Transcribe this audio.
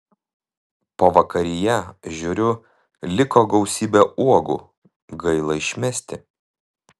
pavakaryje žiūriu liko gausybė uogų gaila išmesti